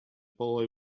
boy